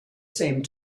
same